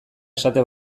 esate